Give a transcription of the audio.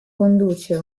conduce